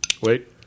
Wait